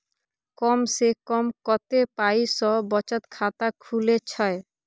कम से कम कत्ते पाई सं बचत खाता खुले छै?